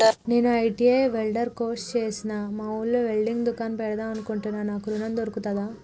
నేను ITI welder course చేశ్న మా ఊర్లో వెల్డింగ్ దుకాన్ పెడదాం అనుకుంటున్నా నాకు ఋణం దొర్కుతదా?